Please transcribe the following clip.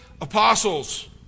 apostles